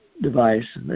device